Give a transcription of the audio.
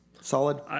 Solid